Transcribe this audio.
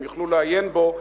והם יוכלו לעיין בו.